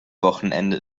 wochenende